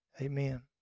amen